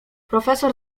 profesor